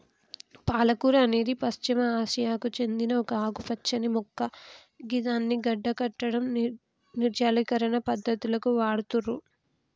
పాలకూర అనేది పశ్చిమ ఆసియాకు సేందిన ఒక ఆకుపచ్చని మొక్క గిదాన్ని గడ్డకట్టడం, నిర్జలీకరణ పద్ధతులకు వాడుతుర్రు